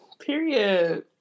period